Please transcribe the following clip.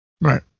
Right